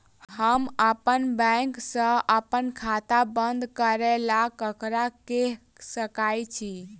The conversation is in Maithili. हम अप्पन बैंक सऽ अप्पन खाता बंद करै ला ककरा केह सकाई छी?